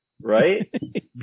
Right